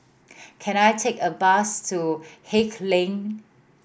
can I take a bus to Haig Lane